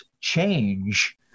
change